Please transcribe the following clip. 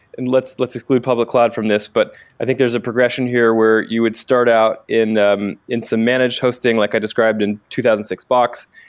and let's let's exclude public cloud from this, but i think there's a progression here where you would start out in in some managed hosting, like i described in two thousand and six box.